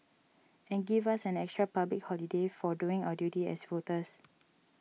and give us an extra public holiday for doing our duty as voters